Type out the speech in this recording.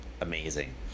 amazing